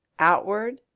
outward,